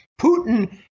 putin